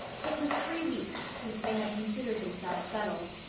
it was three weeks since they had considered themselves settled,